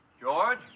George